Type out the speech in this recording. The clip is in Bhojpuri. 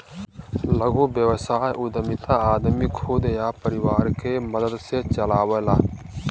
लघु व्यवसाय उद्यमिता आदमी खुद या परिवार के मदद से चलावला